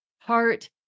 heart